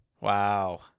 Wow